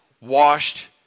washed